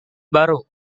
baru